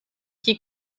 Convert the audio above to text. qui